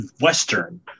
Western